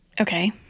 Okay